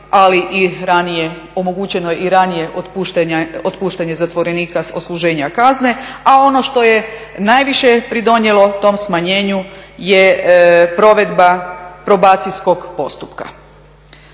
ali omogućeno je i ranije otpuštanje zatvorenika s odsluženja kazne, a ono što je najviše pridonijelo tom smanjenju je provedba probacijskog postupka.